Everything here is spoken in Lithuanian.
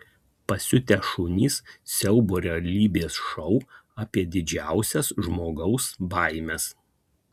pasiutę šunys siaubo realybės šou apie didžiausias žmogaus baimes